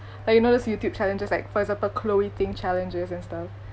like you know these youtube challenges like for example chloe ting challenges and stuff